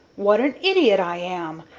what an idiot i am!